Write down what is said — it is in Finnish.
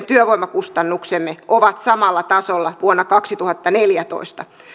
työvoimakustannuksemme ovat samalla tasolla vuonna kaksituhattaneljätoista